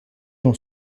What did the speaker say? dont